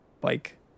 bike